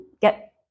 get